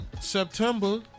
September